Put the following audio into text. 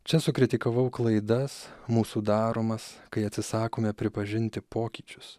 čia sukritikavau klaidas mūsų daromas kai atsisakome pripažinti pokyčius